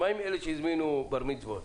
אבל מה עם אלה שהזמינו בר מצוות